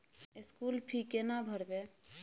School fee केना भरबै?